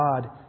God